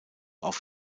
auf